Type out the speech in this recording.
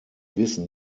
wissen